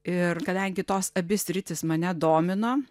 ir kadangi tos abi sritys mane domino